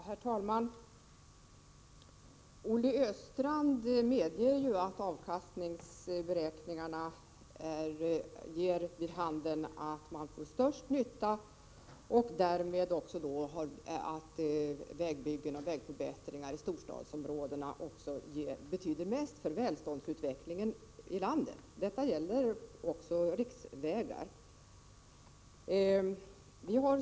Herr talman! Olle Östrand medger att avkastningsberäkningarna ger vid handen att vägbyggen och vägförbättringar i storstadsområdena är av största betydelse för välståndsutvecklingen i landet. Detta gäller också riksvägarna.